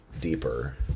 deeper